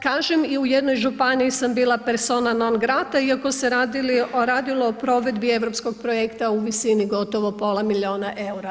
Kažem, i u jednoj županiji sam bila persona non grata iako se radilo o provedbi europskog projekta u visini gotovo pola milijuna eura.